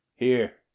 Here